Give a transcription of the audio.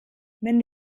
wenn